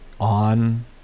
on